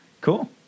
Cool